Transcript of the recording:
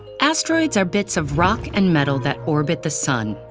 asteroids are bits of rock and metal that orbit the sun.